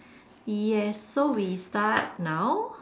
yes so we start now